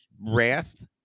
wrath